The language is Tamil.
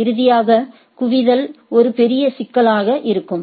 இறுதியாக குவிதல் ஒரு பெரிய சிக்கலாக இருக்கும்